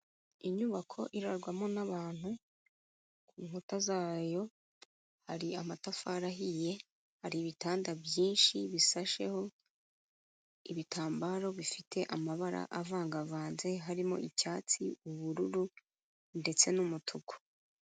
Inyubako irarwamo n'abantu, ku nkuta zayo hari amatafari ahiye, hari ibitanda byinshi bisasheho ibitambaro bifite amabara avangavanze harimo icyatsi ubururu ndetse n'umutuku.